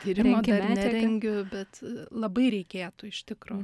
tyrimo dar nerengiu bet labai reikėtų iš tikro